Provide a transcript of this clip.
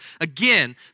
Again